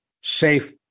safe